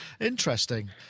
Interesting